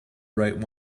right